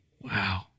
Wow